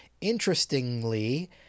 Interestingly